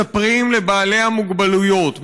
מספרים לבעלי המוגבלויות,